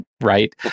right